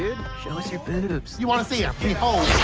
show us your boobs. you wanna see em? behold.